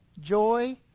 joy